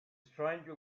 stranger